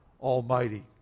Almighty